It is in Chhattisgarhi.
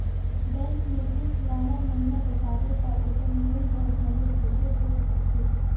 बेंक में किस्त ल हर महिना पटाबे ता ओकर मूल हर घलो थोरहें होत जाथे